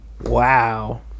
Wow